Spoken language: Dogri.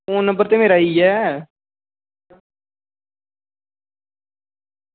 फोन नंबर ते मेरा इ'यै ऐ